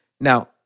Now